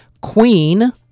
Queen